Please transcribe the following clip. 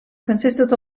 consisted